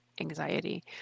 anxiety